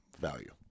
value